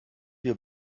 wir